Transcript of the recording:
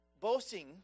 boasting